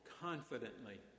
confidently